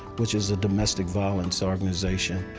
which is a domestic violence organization,